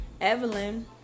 Evelyn